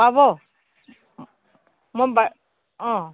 পাব মই বা অঁ